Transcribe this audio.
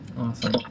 Awesome